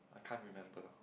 I can't remember